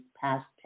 past